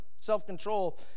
self-control